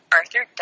arthur